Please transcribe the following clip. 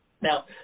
Now